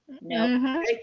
No